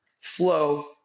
flow